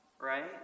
Right